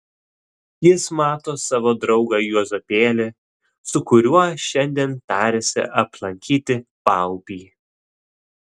jis mato savo draugą juozapėlį su kuriuo šiandien tarėsi aplankyti paupį